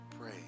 pray